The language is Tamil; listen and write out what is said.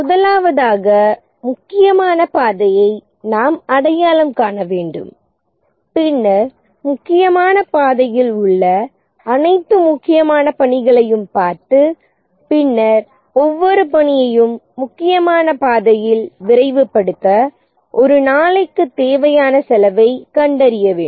முதலாவதாக முக்கியமான பாதையை நாம் அடையாளம் காண வேண்டும் பின்னர் முக்கியமான பாதையில் உள்ள அனைத்து முக்கியமான பணிகளையும் பார்த்து பின்னர் ஒவ்வொரு பணியையும் முக்கியமான பாதையில் விரைவுபடுத்த ஒரு நாளைக்கு தேவையான செலவைக் கண்டறிய வேண்டும்